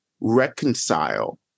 reconcile